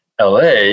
LA